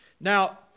Now